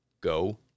Go